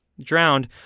drowned